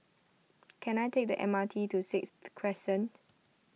can I take the M R T to Sixth Crescent